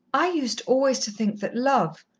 i used always to think that love,